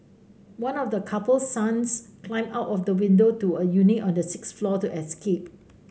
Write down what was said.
one of the couple's sons climbed out of the window to a unit on the sixth floor to escape